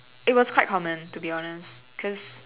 it was quite common to be honest because